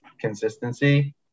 consistency